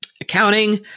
Accounting